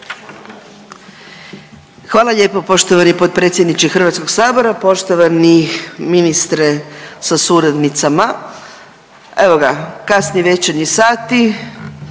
Hvala lijepo poštovani potpredsjedniče HS, poštovani ministre sa suradnicima. Evo ga, kasni večernji sati,